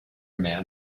man